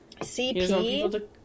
CP